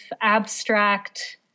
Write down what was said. abstract